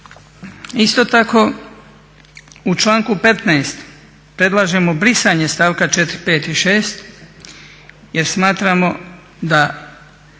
Isto tako u članku 15. predlažemo brisanje stavka 4., 5. i 6. jer smatramo da